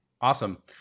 Awesome